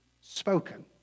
spoken